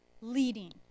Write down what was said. leading